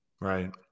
Right